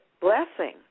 blessing